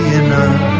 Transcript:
enough